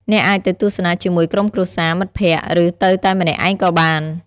អ្នកអាចទៅទស្សនាជាមួយក្រុមគ្រួសារ មិត្តភក្តិ ឬទៅតែម្នាក់ឯងក៏បាន។